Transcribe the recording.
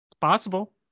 possible